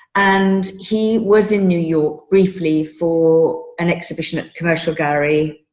and he was in new york briefly for an exhibition at commercial gallery.